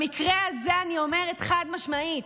במקרה הזה אני אומרת חד-משמעית: